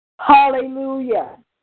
Hallelujah